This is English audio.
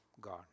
God